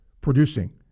producing